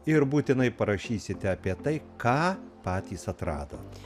ir būtinai parašysite apie tai ką patys atradot